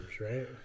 right